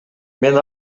мен